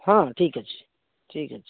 ହଁ ଠିକ୍ ଅଛି ଠିକ୍ ଅଛି